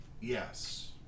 Yes